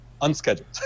unscheduled